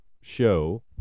show